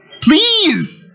please